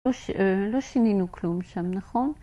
לא שינינו כלום שם, נכון?